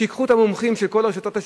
שייקחו את המומחים של כל רשתות השיווק,